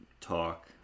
talk